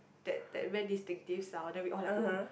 that that very distinctive sound then we all like oh